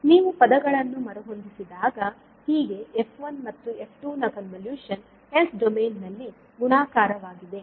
ನೀವು ಪದಗಳನ್ನು ಮರುಹೊಂದಿಸಿದಾಗ ಹೀಗೆ f1 ಮತ್ತು f2 ನ ಕನ್ವಲೂಶನ್ ಎಸ್ ಡೊಮೇನ್ ನಲ್ಲಿ ಗುಣಾಕಾರವಾಗಿದೆ